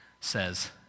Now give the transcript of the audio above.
says